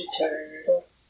Turtles